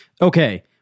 Okay